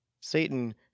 Satan